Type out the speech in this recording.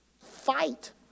fight